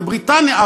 בריטניה,